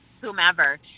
whomever